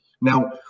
Now